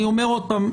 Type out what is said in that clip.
אני אומר עוד פעם,